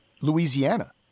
Louisiana